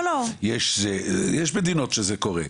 יש מדינות שזה קורה,